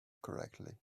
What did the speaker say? correctly